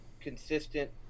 consistent